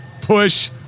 push